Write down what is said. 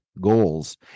goals